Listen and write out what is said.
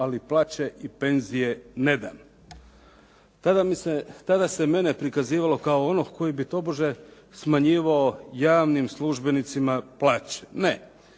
ali plaće i penzije ne dam. Tada se mene prikazivalo kao onoga koji bi tobože smanjivao javnim službenicima plaće. Ne.